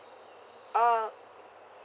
oh